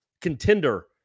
contender